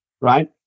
right